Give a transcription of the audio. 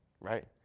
right